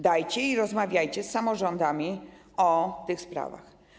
Dajcie i rozmawiajcie z samorządami o tych sprawach.